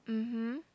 mmhmm